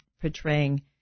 portraying